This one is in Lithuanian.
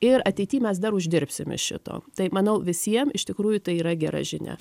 ir ateity mes dar uždirbsim iš šito tai manau visiem iš tikrųjų tai yra gera žinia